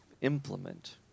implement